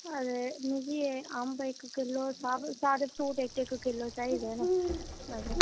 आ ते मिकी अम्ब इक किलो सारे सारे फ्रूट इक इक किलो चाहिदे न आ ते